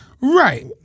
Right